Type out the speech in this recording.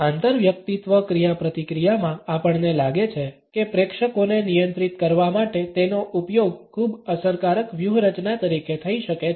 આંતરવ્યક્તિત્વ ક્રિયાપ્રતિક્રિયામાં આપણને લાગે છે કે પ્રેક્ષકોને નિયંત્રિત કરવા માટે તેનો ઉપયોગ ખૂબ અસરકારક વ્યૂહરચના તરીકે થઈ શકે છે